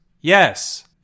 Yes